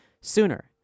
sooner